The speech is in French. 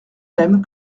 même